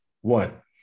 One